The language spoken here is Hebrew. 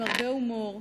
עם הרבה הומור,